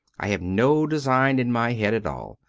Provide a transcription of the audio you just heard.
i have no design in my head at all.